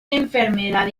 enfermedad